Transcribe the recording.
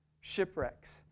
shipwrecks